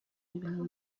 ibintu